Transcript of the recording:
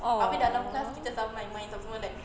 !aww!